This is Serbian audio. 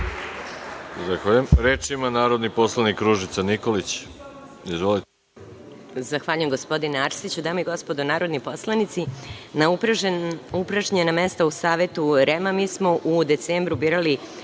Reč ima narodni poslanik Ružica Nikolić.